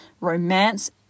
romance